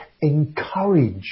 encourage